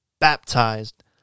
baptized